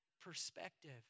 perspective